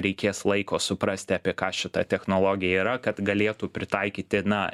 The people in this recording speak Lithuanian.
reikės laiko suprasti apie ką šita technologija yra kad galėtų pritaikyti na